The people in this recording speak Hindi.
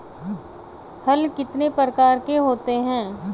हल कितने प्रकार के होते हैं?